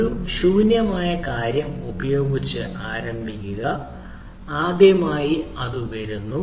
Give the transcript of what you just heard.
ഒരു ശൂന്യമായ കാര്യം ഉപയോഗിച്ച് ആരംഭിക്കുക ആദ്യമായി അത് വരുന്നു